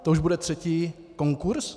To už bude třetí konkurs?